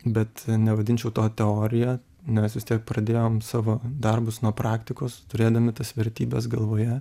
bet nevadinčiau to teorija nes vis tiek pradėjom savo darbus nuo praktikos turėdami tas vertybes galvoje